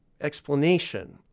explanation